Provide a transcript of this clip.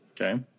Okay